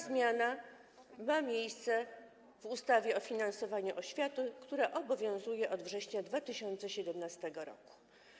zmiana ma miejsce w ustawie o finansowaniu oświaty, która obowiązuje od września 2017 r.